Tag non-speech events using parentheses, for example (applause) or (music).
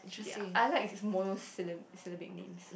(noise) I like mono sylla~ syllabic names